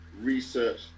Research